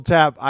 Tap